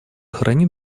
хранит